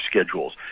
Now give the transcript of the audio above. schedules